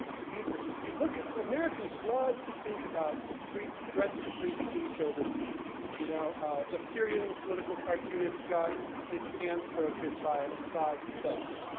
you you look at, americans love to think about threats to free speech overseas. you know, a syrian political cartoonist got his hands broken by assad's thugs.